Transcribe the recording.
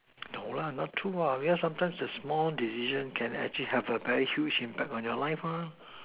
no lah not true lah because sometimes the small decision can actually have a very huge impact on your life mah